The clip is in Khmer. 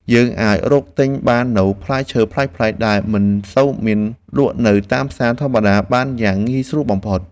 យើងអាចរកទិញបាននូវផ្លែឈើប្លែកៗដែលមិនសូវមានលក់នៅតាមផ្សារធម្មតាបានយ៉ាងងាយស្រួលបំផុត។